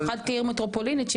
בייחוד בעיר מטרופולין כמו חיפה,